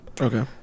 Okay